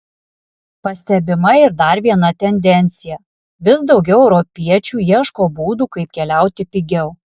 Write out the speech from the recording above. pastebima ir dar viena tendencija vis daugiau europiečių ieško būdų kaip keliauti pigiau